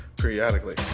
periodically